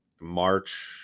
March